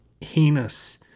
heinous